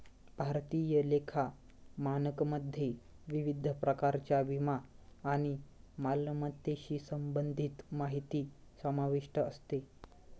भारतीय लेखा मानकमध्ये विविध प्रकारच्या विमा आणि मालमत्तेशी संबंधित माहिती समाविष्ट असते